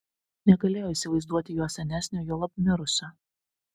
negalėjo įsivaizduoti jo senesnio juolab mirusio